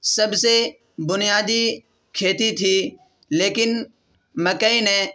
سب سے بنیادی کھیتی تھی لیکن مکئی نے